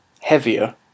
heavier